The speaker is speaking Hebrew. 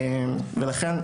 ולכן,